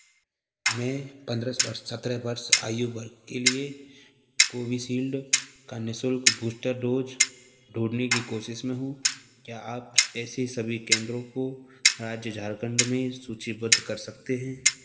मैं पंद्रह वर्ष सत्रह वर्ष आयु वर्ग के लिए कोविशील्ड का निःशुल्क बूस्टर डोज़ ढूँढने की कोशिश में हूँ क्या आप ऐसे सभी केंद्रों को राज्य झारखंड में सूचीबद्ध कर सकते हैं